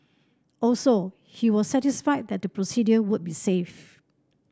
also he was satisfied that the procedure would be safe